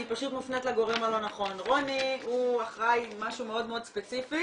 היא פשוט מופנית לגורם הלא נכון .רוני אחראי על משהו מאוד ספציפי,